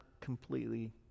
completely